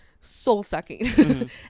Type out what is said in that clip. soul-sucking